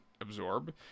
absorb